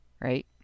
right